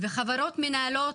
וחברות מנהלות,